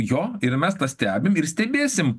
jo ir mes tą stebim ir stebėsim